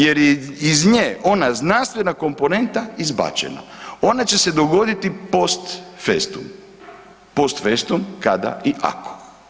Jer je iz nje ona znanstvena komponenta izbačena, ona će se dogoditi post festum, post festum kada i ako.